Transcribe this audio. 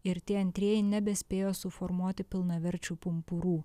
ir tie antrieji nebespėjo suformuoti pilnaverčių pumpurų